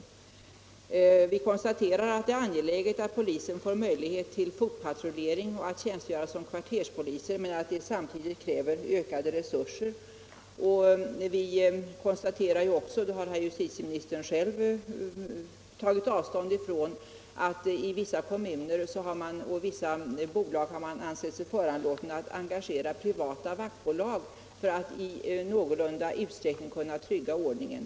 Ävenså konstaterar vi att det är angeläget att polisen får möjlighet till fotpatrullering och att tjänstgöra som kvarterspoliser men att detta kräver ökade resurser. Slutligen konstaterar vi — och där har justitieministern själv tagit avstånd — att man i vissa kommuner och bolag har ansett sig föranlåten att engagera privata vaktbolag för att i någorlunda tillfredsställande utsträckning kunna trygga ordningen.